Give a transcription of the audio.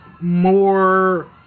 more